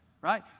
Right